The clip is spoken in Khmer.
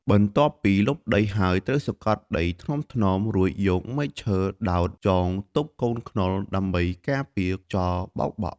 បន្ទាប់ពីលុបដីហើយ ត្រូវសង្កត់ដីថ្នមៗ រួចយកមែកឈើដោតចងទប់កូនខ្នុរដើម្បីការពារខ្យល់បោកបក់។